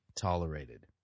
tolerated